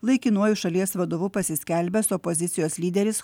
laikinuoju šalies vadovu pasiskelbęs opozicijos lyderis